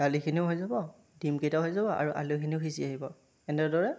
দালিখিনিও হৈ যাব ডীমকেইটাও হৈ যাব আৰু আলুখিনিও সিজি আহিব এনেদৰে